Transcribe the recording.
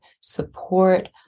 support